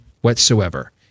whatsoever